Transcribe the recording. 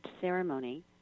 ceremony